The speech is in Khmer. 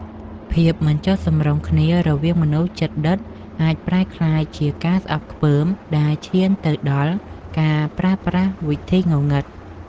ភាពមិនចុះសម្រុងគ្នារវាងមនុស្សជិតដិតអាចប្រែក្លាយជាការស្អប់ខ្ពើមដែលឈានទៅដល់ការប្រើប្រាស់វិធីងងឹត។